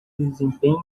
desempenho